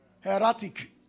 Heretic